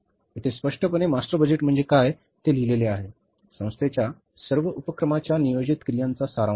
येथे स्पष्टपणे master budget म्हणजे काय ते लिहिलेले आहे संस्थेच्या सर्व उपक्रमाच्या नियोजित क्रियांचा सारांश